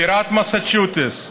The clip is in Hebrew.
בירת מסצ'וסטס,